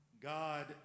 God